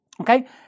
okay